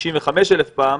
65,000 פעם,